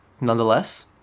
nonetheless